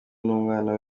n’umwana